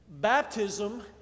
Baptism